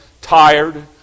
tired